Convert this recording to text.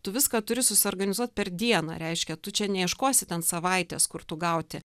tu viską turi susiorganizuot per dieną reiškia tu čia neieškosi ten savaites kur tų gauti